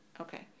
okay